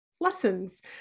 lessons